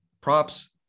props